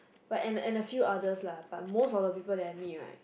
but and and the few other lah but most of the people let me right